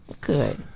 Good